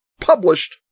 published